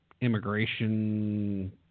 immigration